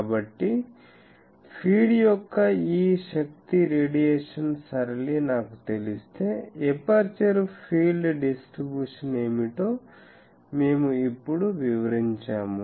కాబట్టి ఫీడ్ యొక్క ఈ శక్తి రేడియేషన్ సరళి నాకు తెలిస్తే ఎపర్చరు ఫీల్డ్ డిస్ట్రిబ్యూషన్ ఏమిటో మేము ఇప్పుడు వివరించాము